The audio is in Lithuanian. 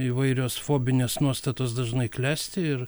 įvairios fobinės nuostatos dažnai klesti ir